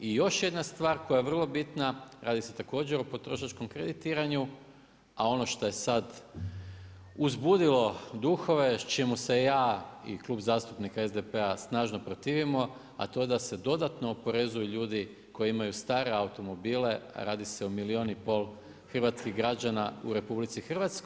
I još jedna stvar, koja je vrlo bitna, radi se također o potrošačkom kreditiranju, a ono što je sad uzbudilo duhove, čemu se ja i Klub zastupnika SDP-a snažno protivimo, a to je da se dodatno oporezuju ljudi koji imaju stare automobile, radi se o milijun i pol hrvatskih građana u RH.